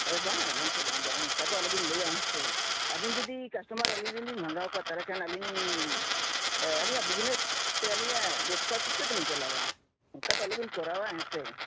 ᱵᱟᱝ ᱜᱚᱢᱠᱮ ᱵᱟᱝ ᱵᱟᱝ ᱚᱱᱠᱟᱫᱚ ᱟᱞᱚᱵᱮᱱ ᱞᱟᱹᱭᱟ ᱦᱮᱸ ᱥᱮ ᱟᱵᱮᱱ ᱡᱩᱫᱤ ᱠᱟᱥᱰᱴᱚᱢᱟᱨ ᱟᱹᱞᱤᱧᱨᱮᱱᱵᱤᱱ ᱵᱷᱟᱝᱜᱟᱣ ᱠᱚᱣᱟ ᱛᱟᱦᱚᱞᱮ ᱠᱷᱟᱱ ᱟᱹᱞᱤᱧᱞᱤᱧ ᱟᱹᱞᱤᱧᱟᱜ ᱵᱤᱡᱽᱱᱮᱥ ᱥᱮ ᱟᱹᱞᱤᱧᱟᱜ ᱵᱮᱵᱥᱟ ᱪᱤᱠᱟᱹᱛᱮᱞᱤᱧ ᱪᱟᱞᱟᱣᱟ ᱚᱱᱠᱟᱫᱚ ᱟᱞᱚᱵᱮᱱ ᱠᱚᱨᱟᱣᱟ ᱦᱮᱸ ᱥᱮ